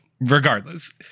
regardless